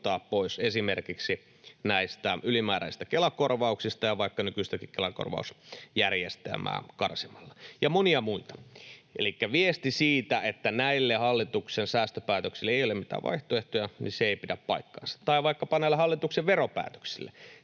pois esimerkiksi näistä ylimääräisistä Kela-korvauksista ja vaikka nykyistäkin Kela-korvausjärjestelmää karsimalla, ja monia muita. Elikkä viesti siitä, että näille hallituksen säästöpäätöksille ei ole mitään vaihtoehtoja, ei pidä paikkaansa — tai vaikkapa näille hallituksen veropäätöksille.